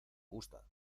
gusta